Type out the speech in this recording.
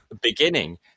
beginning